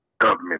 government